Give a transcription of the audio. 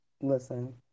Listen